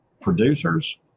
producers